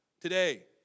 today